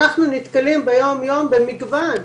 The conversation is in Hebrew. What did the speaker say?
אנחנו נתקלים ביום-יום במגוון.